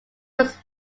was